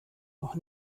noch